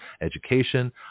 education